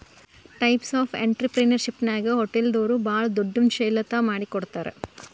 types of ಎನ್ಟ್ರಿಪ್ರಿನಿಯರ್ಶಿಪ್ನ್ಯಾಗ ಹೊಟಲ್ದೊರು ಭಾಳ್ ದೊಡುದ್ಯಂಶೇಲತಾ ಮಾಡಿಕೊಡ್ತಾರ